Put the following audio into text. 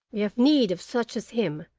we have need of such as him,